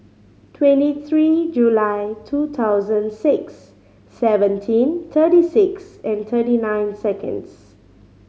twenty three July two thousand six seventeen thirty six thirty nine seconds